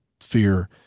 fear